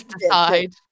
decide